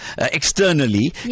externally